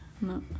no